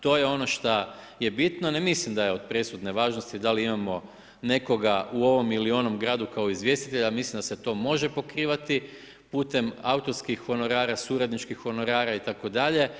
To je ono šta je bitno, ne mislim da je od presudne važnosti, da li imamo u ovom ili onom gradu kao izvjestitelja, ja mislim da se to može pokrivati putem autorskih honorara suradničkih honorara itd.